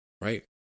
Right